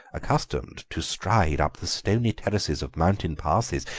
accustomed to stride up the stony terraces of mountain passes,